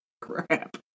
crap